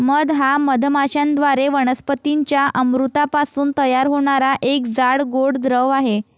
मध हा मधमाश्यांद्वारे वनस्पतीं च्या अमृतापासून तयार होणारा एक जाड, गोड द्रव आहे